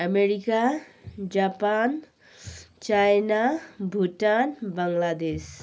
America Japan China Bhutan Bangladesh